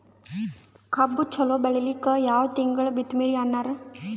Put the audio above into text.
ಕಬ್ಬು ಚಲೋ ಬೆಳಿಲಿಕ್ಕಿ ಯಾ ತಿಂಗಳ ಬಿತ್ತಮ್ರೀ ಅಣ್ಣಾರ?